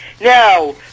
Now